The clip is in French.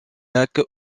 lac